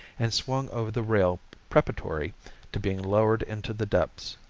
and swung over the rail preparatory to being lowered into the depths.